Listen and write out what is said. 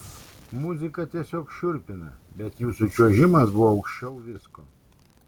muzika tiesiog šiurpina bet jūsų čiuožimas buvo aukščiau visko